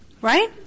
right